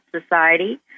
society